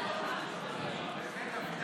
לא,